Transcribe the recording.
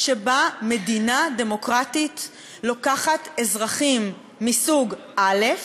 שבה מדינה דמוקרטית לוקחת אזרחים מסוג א',